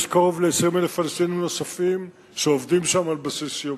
יש קרוב ל-20,000 פלסטינים נוספים שעובדים שם על בסיס יומי.